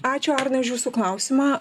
ačiū arnai jūsų klausimą